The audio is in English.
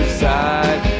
side